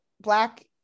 black